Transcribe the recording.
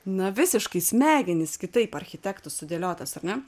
na visiškai smegenys kitaip architektų sudėliotas ar ne